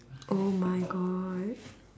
oh my god